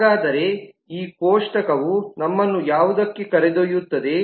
ಹಾಗಾದರೆ ಈ ಕೋಷ್ಟಕವು ನಮ್ಮನ್ನು ಯಾವುದಕ್ಕೆ ಕರೆದೊಯ್ಯುತ್ತದೆ